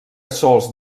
sols